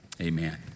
amen